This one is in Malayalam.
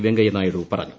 വെങ്കയ്യ നായിഡു പറഞ്ഞു